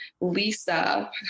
Lisa